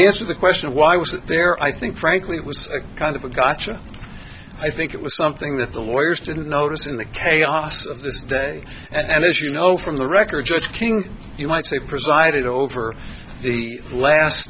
answer the question of why was it there i think frankly it was a kind of a gotcha i think it was something that the lawyers didn't notice in the chaos of this day and as you know from the record judge king you might say presided over the last